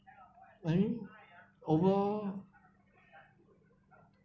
eh overall